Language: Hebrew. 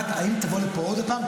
האם תבוא לפה עוד פעם?